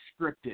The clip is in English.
scripted